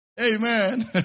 Amen